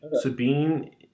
Sabine